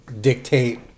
dictate